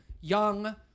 young